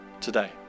today